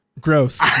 gross